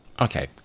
okay